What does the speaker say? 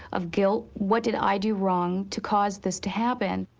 of guilt. what did i do wrong to cause this to happen?